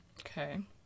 Okay